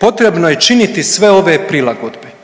potrebno je činiti sve ove prilagodbe.